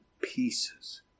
pieces